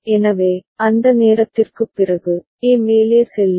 எனவே அந்த நேரத்திற்குப் பிறகு A மேலே செல்லும்